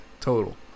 total